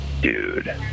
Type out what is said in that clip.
Dude